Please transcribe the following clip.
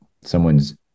someone's